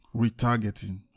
retargeting